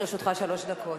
לרשותך שלוש דקות.